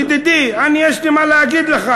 ידידי, יש לי מה להגיד לך.